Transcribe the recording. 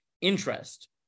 interest